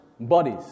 Bodies